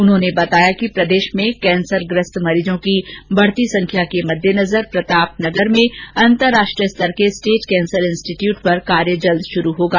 उन्होंने बताया कि प्रदेश में कैंसरग्रस्त मरीजों की बढती हुई संख्या के मद्देनजर प्रतापनगर में अंतरराष्ट्रीय स्तर के स्टेट कैंसर इंस्टीटयुट पर कार्य शुरू होगा